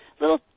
little